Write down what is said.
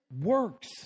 works